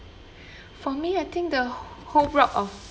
for me I think the whole block of